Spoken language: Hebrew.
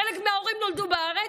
חלק מההורים נולדו בארץ,